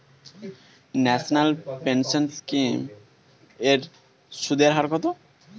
National pension scheme এর সুদের হার কত?